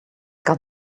got